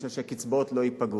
כדי שהקצבאות לא ייפגעו.